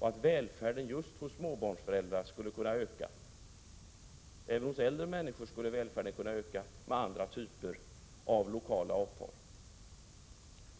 att välfärden just hos småbarnsföräldrar skulle kunna öka med sådana lösningar. Även hos äldre människor skulle välfärden kunna öka med nya typer av lokala avtal.